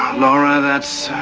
laura that's